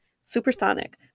Supersonic